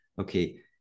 okay